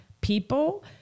people